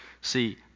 See